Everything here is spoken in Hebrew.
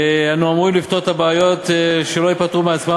אנו אמורים לפתור את הבעיות שלא ייפתרו מעצמן,